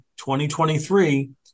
2023